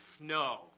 no